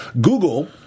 Google